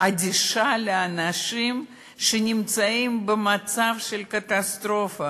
אדישה לאנשים שנמצאים במצב של קטסטרופה,